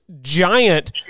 giant